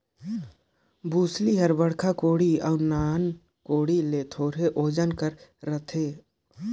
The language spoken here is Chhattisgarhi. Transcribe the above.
बउसली हर बड़खा कोड़ी अउ नान कोड़ी ले थोरहे ओजन कर रहथे